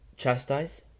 Chastise